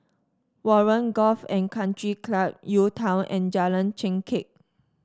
Warren Golf and Country Club UTown and Jalan Chengkek